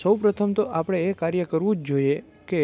સૌ પ્રથમ તો આપણે એ કાર્ય તો કરવું જ જોઈએ કે